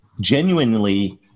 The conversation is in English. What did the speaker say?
genuinely